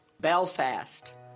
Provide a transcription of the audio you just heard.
Belfast